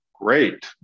great